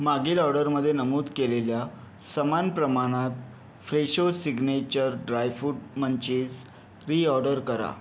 मागील ऑर्डरमध्ये नमूद केलेल्या समान प्रमाणात Fresho signature dry fruit munchies preorder करा